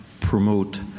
promote